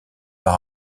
par